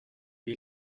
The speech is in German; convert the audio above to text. wie